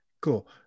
Cool